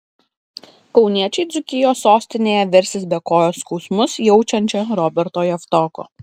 kauniečiai dzūkijos sostinėje versis be kojos skausmus jaučiančio roberto javtoko